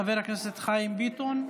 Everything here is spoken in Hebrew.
חבר הכנסת חיים ביטון,